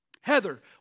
Heather